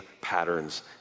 patterns